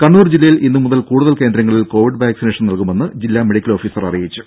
കണ്ണൂർ ജില്ലയിൽ ഇന്നുമുതൽ കൂടുതൽ കേന്ദ്രങ്ങളിൽ കോവിഡ് വാക്സിനേഷൻ നൽകുമെന്ന് ജില്ലാ മെഡിക്കൽ ഓഫീസർ അറിയിച്ചു